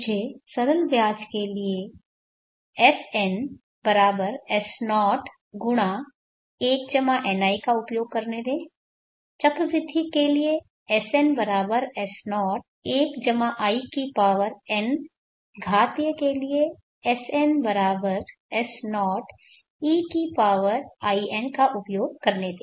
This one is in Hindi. मुझे सरल ब्याज के लिए SnS01ni का उपयोग करने दे चक्रवृद्धि के लिए SnS01in घातीय के लिए SnS0ein का उपयोग करने दे